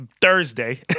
Thursday